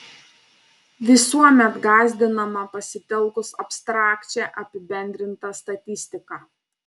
visuomet gąsdinama pasitelkus abstrakčią apibendrintą statistiką